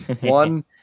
one